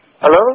Hello